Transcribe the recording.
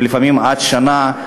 ולפעמים עד שנה,